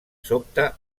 sobte